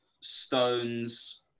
Stones